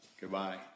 Goodbye